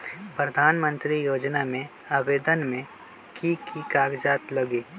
प्रधानमंत्री योजना में आवेदन मे की की कागज़ात लगी?